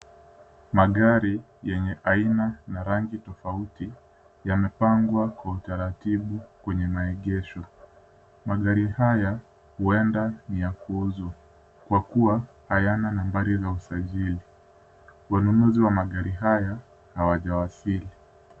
Magari yenye aina na rangi tofauti yamepangwa kwa utaratibu kwenye maegesho. Magari haya huenda ni ya kuuzwa kwa kuwa hayana nambari za usajili. Wanunuzi wa magari haya hawajawasili.